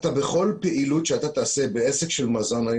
בכל פעילות שאתה תעשה בעסק של מזון,